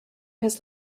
his